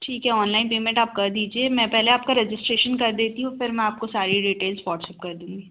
ठीक है online payment आप कर दीजिए मैं पहले आपका रजिस्ट्रेशन कर देती हूँ फिर मैं आपको सारी डिटेल्स व्हाट्सअप कर दूँगी